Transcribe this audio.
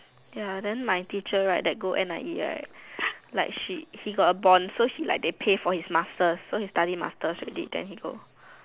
ya then my teacher right that go N_I_E right like she he got a bond so she like they pay for his masters she study for the masters already right then he go